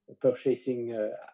purchasing